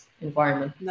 environment